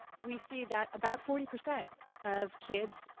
we see that about forty percent of kids,